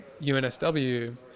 UNSW